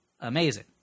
amazing